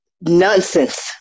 nonsense